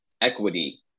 equity